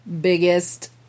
biggest